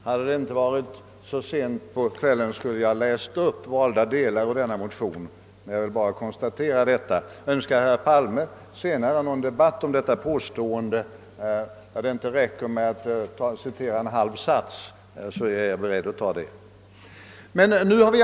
Hade det inte varit så sent på kvällen skulle jag ha läst upp valda delar av motionen, men jag nöjer mig nu med att slå fast det verkliga förhållandet. Önskar herr Palme sedan en debatt om mitt påstående, vilken inte inskränker sig till återgivandet av en halv sats ur motionen, är jag beredd att ta upp en sådan diskussion.